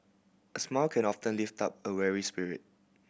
a smile can often lift up a weary spirit